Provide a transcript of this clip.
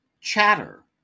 Chatter